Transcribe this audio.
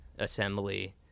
assembly